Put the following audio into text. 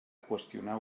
qüestionar